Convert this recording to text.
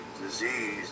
disease